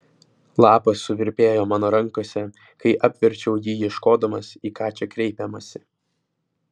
lapas suvirpėjo mano rankose kai apverčiau jį ieškodamas į ką čia kreipiamasi